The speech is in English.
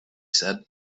said